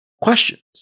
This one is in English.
questions